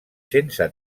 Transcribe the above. sense